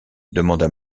demanda